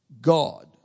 God